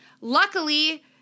luckily